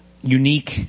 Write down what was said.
unique